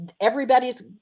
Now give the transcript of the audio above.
everybody's